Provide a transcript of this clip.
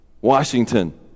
Washington